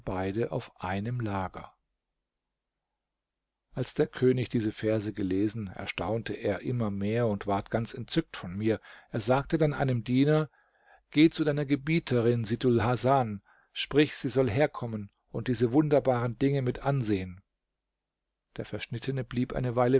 beide auf einem lager als der könig diese verse gelesen erstaunte er immer mehr und ward ganz entzückt von mir er sagte dann einem diener geh zu deiner gebieterin situlhasan sprich sie solle herkommen und diese wunderbaren dinge mit ansehen der verschnittene blieb eine weile